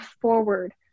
forward